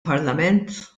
parlament